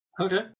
Okay